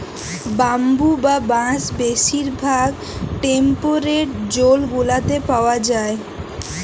bamboo বা বাঁশ বেশির ভাগ টেম্পরেট জোল গুলাতে পাউয়া যায়